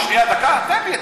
שנייה, דקה, תן לי.